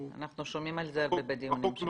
כן, אנחנו שומעים על זה הרבה בדיונים שלנו.